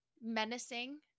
menacing